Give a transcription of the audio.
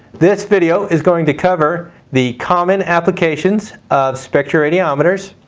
this video is going to cover the common applications of spectroradiometers,